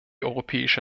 europäische